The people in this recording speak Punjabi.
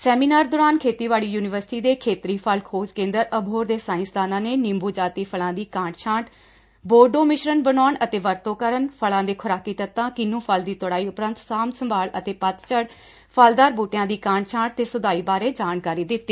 ਸੈਮੀਨਾਰ ਦੌਰਾਨ ਖੇਤੀਬਾੜੀ ਯੁਨੀਵਰਸਿਟੀ ਦੇ ਖੇਤਰੀ ਫਲ ਖੋਜ ਕੇਂਦਰ ਅਬੋਹਰ ਦੇ ਸਾਇੰਸਦਾਨਾਂ ਨੇ ਨਿੰਬੁ ਜਾਤੀ ਫਲਾਂ ਦੀ ਕਾਂਟ ਛਾਂਟ ਬੋਰਡੋ ਮਿਸ਼ਰਨ ਬਣਾਉਣ ਅਤੇ ਵਰਤੋਂ ਕਰਨ ਫਲਾਂ ਦੇ ਖੁਰਾਕੀ ਤੱਤਾਂ ਕਿੰਨੁ ਫਲ ਦੀ ਤੁੜਾਈ ਉਪਰੰਤ ਸਾਂਭ ਸੰਭਾਲ ਅਤੇ ਪਤਝੱਝ ਫਲਦਾਰ ਬੂਟਿਆਂ ਦੀ ਕਾਂਟ ਛਾਟ ਤੇ ਸੁਧਾਈ ਬਾਰੇ ਜਾਣਕਾਰੀ ਦਿੱਤੀ